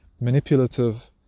manipulative